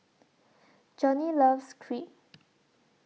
Johnny loves Crepe